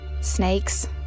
Snakes